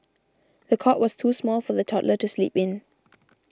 the cot was too small for the toddler to sleep in